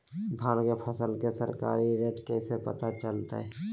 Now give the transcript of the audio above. धान के फसल के सरकारी रेट कैसे पता चलताय?